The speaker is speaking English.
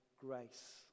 grace